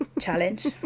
challenge